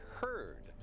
heard